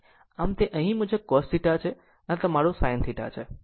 આમ તે મુજબ અહીં તે cos θ છે અને અહીં આ તમારું sin θ છે